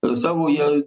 savo jie